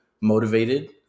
motivated